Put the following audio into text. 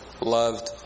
loved